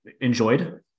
enjoyed